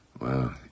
wow